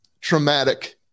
traumatic